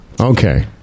okay